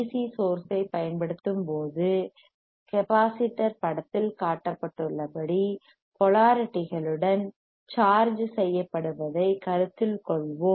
C DC source ஐப் பயன்படுத்தும்போது capacitor படத்தில் காட்டப்பட்டுள்ளபடி போலாரிட்டிகளுடன் சார்ஜ் செய்யப்படுவதைக் கருத்தில் கொள்வோம்